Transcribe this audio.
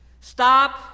Stop